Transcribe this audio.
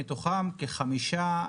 מתוכם כחמישה,